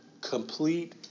complete